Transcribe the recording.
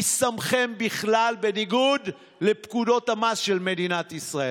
מי שמכם בכלל, בניגוד לפקודות המס של מדינת ישראל?